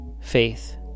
faith